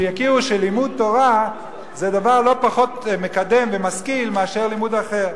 שיכירו שלימוד תורה זה דבר לא פחות מקדם ומשכיל מאשר לימוד אחר.